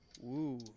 Woo